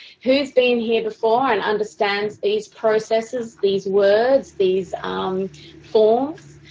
who has been here before and understands these processes, these words, these forms?